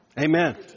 Amen